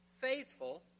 faithful